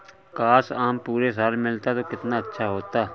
काश, आम पूरे साल मिलता तो कितना अच्छा होता